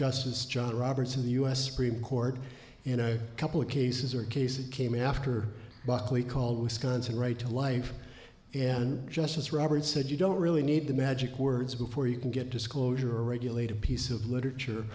justice john roberts in the u s supreme court in a couple of cases or case it came after buckley called wisconsin right to life and justice roberts said you don't really need the magic words before you can get disclosure regulate a piece of literature